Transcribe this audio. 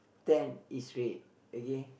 ten is red okay